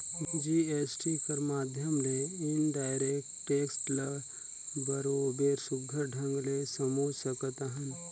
GST कर माध्यम ले इनडायरेक्ट टेक्स ल बरोबेर सुग्घर ढंग ले समुझ सकत अहन